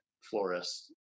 Florists